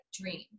dream